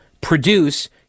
produce